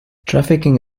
trafficking